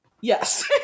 Yes